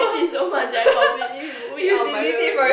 it so much that I completely remove it out of my memory